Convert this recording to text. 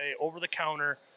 over-the-counter